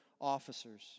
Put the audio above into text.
officers